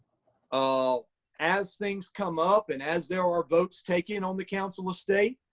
ah as things come up, and as there are votes taking on the council of state,